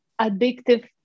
addictive